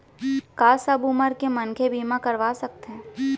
का सब उमर के मनखे बीमा करवा सकथे?